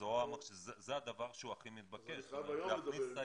זה הדבר שהוא הכי מתבקש, להכניס סעיף.